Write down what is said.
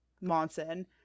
Monson